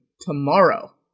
tomorrow